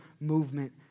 movement